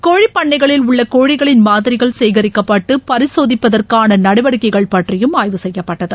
கோழிப்பண்ணைகளில் உள்ள கோழிகளின் மாதிரிகள் சேகிக்கப்பட்டு பரிசோதிப்பதற்கான நடவடிக்கைகள் பற்றியும் ஆய்வு செய்யப்பட்டது